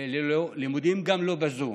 ללא לימודים, גם לא בזום.